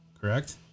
correct